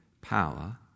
power